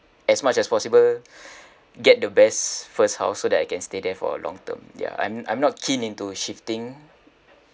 as much as possible get the best first house so that I can stay there for a long term ya I'm I'm not keen into shifting